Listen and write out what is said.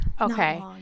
okay